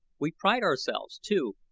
we pride ourselves, too,